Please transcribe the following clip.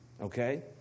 okay